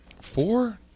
four